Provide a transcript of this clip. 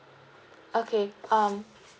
okay um